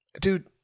Dude